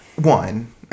one